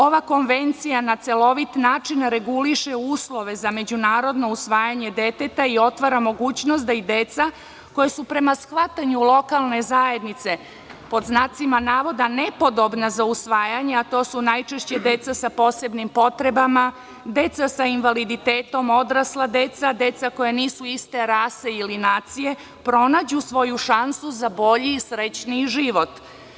Ova konvencija na celovit način reguliše uslove za međunarodno usvajanje deteta i otvara mogućnost da i deca, koja su prema shvatanju lokalne zajednice „nepodobna za usvajanje“, a to su najčešće deca sa posebnim potrebama, deca sa invaliditetom, odrasla deca, deca koja nisu iste rase ili nacije, pronađu svoju šansu za bolji i srećniji život.